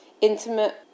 intimate